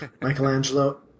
Michelangelo